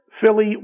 philly